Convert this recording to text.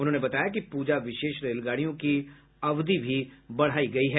उन्होंने बताया कि पूजा विशेष रेलगाड़ियों की अवधि भी बढ़ाई गई है